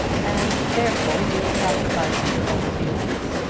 and therefore you sacrificed your own feelings.